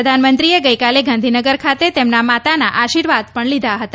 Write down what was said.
પ્રધાનમંત્રીએ ગઈકાલે ગાંધીનગર ખાતે તેમના માતાના આશીર્વાદ પણ લીધા હતા